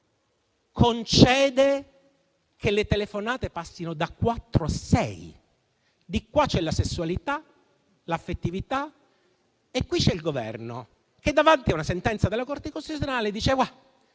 concede che le telefonate passino da quattro a sei. Di qua c'è la sessualità e l'affettività e qui c'è il Governo che davanti a una sentenza della Corte costituzionale, dice